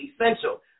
essential